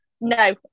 no